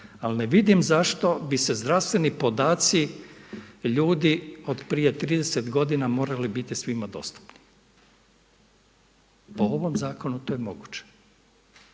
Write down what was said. ali ne vidim zašto bi se zdravstveni podaci ljudi od prije 30 godina morali biti svima dostupni. Po ovom zakonu to je moguće.